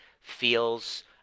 feels